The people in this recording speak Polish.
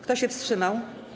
Kto się wstrzymał?